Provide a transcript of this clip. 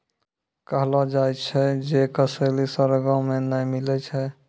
कहलो जाय छै जे कसैली स्वर्गो मे नै मिलै छै